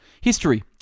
History